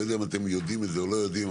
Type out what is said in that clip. לא יודע אם אתם יודעים את זה או לא יודעים,